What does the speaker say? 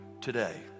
today